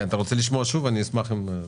כן, אתה רוצה לשמוע שוב אני אשמח אם תרצה.